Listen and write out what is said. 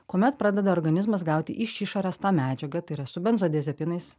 kuomet pradeda organizmas gauti iš išorės tą medžiagą tai yra su benzodiazepinais